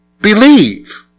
believe